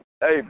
Hey